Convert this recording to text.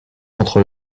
entre